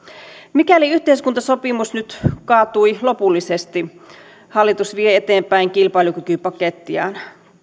mikäli yhteiskuntasopimus nyt kaatui lopullisesti hallitus vie eteenpäin kilpailukykypakettiaan